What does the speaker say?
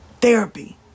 therapy